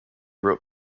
wrote